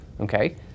Okay